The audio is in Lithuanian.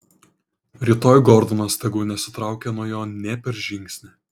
rytoj gordonas tegu nesitraukia nuo jo nė per žingsnį